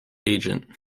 agent